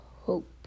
hope